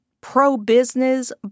pro-business